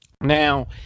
Now